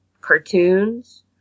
cartoons